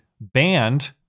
banned